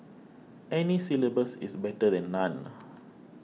any syllabus is better than none